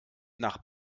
nach